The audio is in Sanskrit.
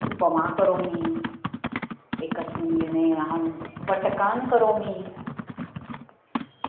उपमां करोमि एकस्मिन् दिने अहं वटकान् करोमि